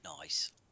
Nice